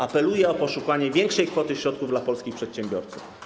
Apeluję o poszukanie większej kwoty środków dla polskich przedsiębiorców.